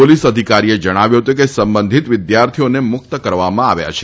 police અધિકારીએ જણાવ્યું હતું કે સંબંધીત વિદ્યાર્થીઓને મુક્ત કરવામાં આવ્યા છે